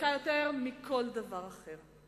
חזקה מכל דבר אחר.